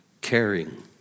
Caring